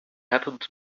happened